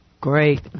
Great